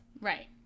right